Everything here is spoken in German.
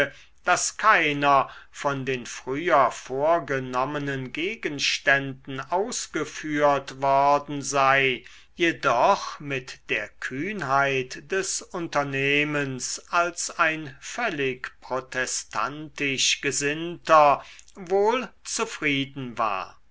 daß keiner von den früher vorgenommenen gegenständen ausgeführt worden sei jedoch mit der kühnheit des unternehmens als ein völlig protestantisch gesinnter wohl zufrieden war